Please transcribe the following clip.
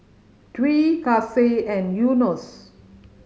Dwi Kasih and Yunos